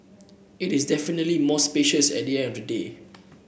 it is definitely more spacious at the end of the day